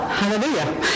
hallelujah